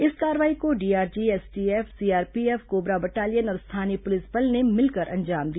इस कार्रवाई को DRG STF CRPF CoBRA battalion और स्थानीय पुलिस बल ने मिलकर अंजाम दिया